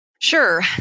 Sure